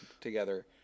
together